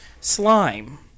slime